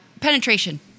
Penetration